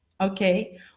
okay